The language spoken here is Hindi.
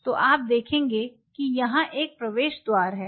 तो आप देखेंगे कि यहाँ एक प्रवेश द्वार है